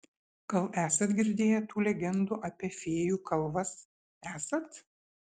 gal esat girdėję tų legendų apie fėjų kalvas esat